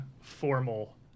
formal